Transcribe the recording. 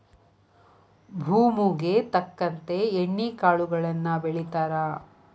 ಭೂಮುಗೆ ತಕ್ಕಂತೆ ಎಣ್ಣಿ ಕಾಳುಗಳನ್ನಾ ಬೆಳಿತಾರ